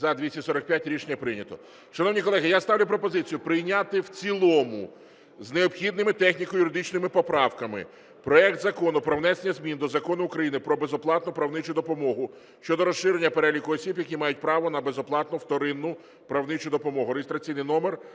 За-245 Рішення прийнято. Шановні колеги, я ставлю пропозицію прийняти в цілому з необхідними техніко-юридичними поправками проект Закону про внесення змін до Закону України "Про безоплатну правничу допомогу" щодо розширення переліку осіб, які мають право на безоплатну вторинну правничу допомогу (реєстраційний номер